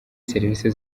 serivisi